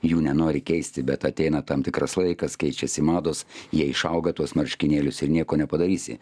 jų nenori keisti bet ateina tam tikras laikas keičiasi mados jie išauga tuos marškinėlius ir nieko nepadarysi